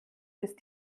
ist